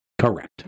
Correct